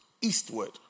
eastward